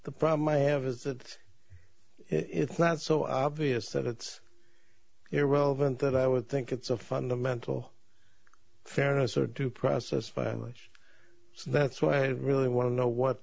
the problem i have is that it's not so obvious that it's irrelevant that i would think it's a fundamental fairness or due process so that's why i really want to know what